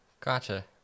Gotcha